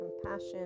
compassion